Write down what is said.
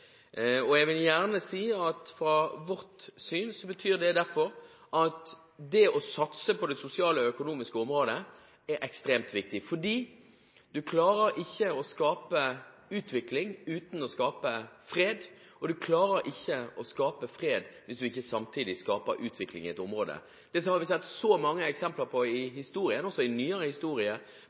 ekstremt viktig, fordi du klarer ikke å skape utvikling uten å skape fred, og du klarer ikke å skape fred hvis du ikke samtidig skaper utvikling i et område. Vi har sett så mange eksempler i historien – også i nyere historie